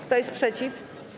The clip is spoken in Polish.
Kto jest przeciw?